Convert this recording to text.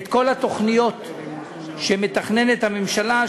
כל התוכניות שמתכננת הממשלה,